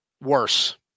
Worse